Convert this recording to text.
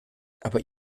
aber